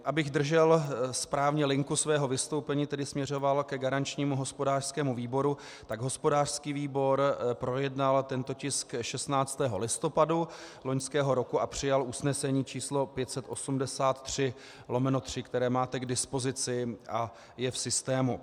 Abych držel správně linku svého vystoupení, tedy směřoval ke garančnímu hospodářskému výboru, tak hospodářský výbor projednal tento tisk 16. listopadu loňského roku a přijal usnesení číslo 583/3, které máte k dispozici a je v systému.